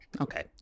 okay